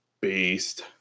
Beast